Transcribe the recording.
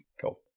Cool